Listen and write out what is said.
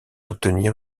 obtenir